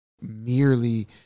merely